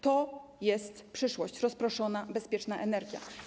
To jest przyszłość, rozproszona, bezpieczna energia.